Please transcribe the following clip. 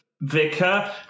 Vicar